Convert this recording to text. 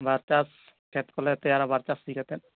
ᱵᱟᱨ ᱪᱟᱥ ᱠᱷᱮᱛ ᱠᱚᱞᱮ ᱛᱮᱭᱟᱨᱟ ᱵᱟᱨ ᱪᱟᱥ ᱥᱤ ᱠᱟᱛᱮᱫ